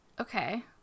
okay